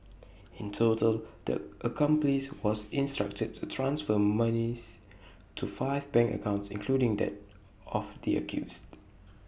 in total the accomplice was instructed to transfer monies to five bank accounts including that of the accused